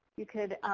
you could